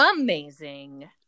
amazing